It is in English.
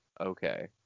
Okay